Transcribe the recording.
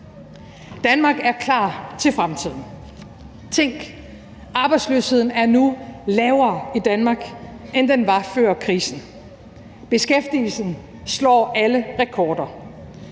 Danmark er klar til fremtiden. Tænk, arbejdsløsheden er nu lavere i Danmark, end den var før krisen. Beskæftigelsen slår alle rekorder.